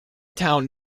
town